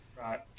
Right